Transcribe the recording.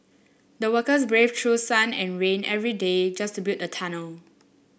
the workers braved through sun and rain every day just to build the tunnel